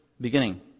beginning